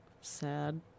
sad